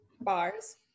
bars